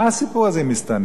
מה הסיפור הזה עם מסתננים?